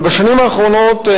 אבל בשנים האחרונות,